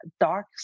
dark